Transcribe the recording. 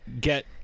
get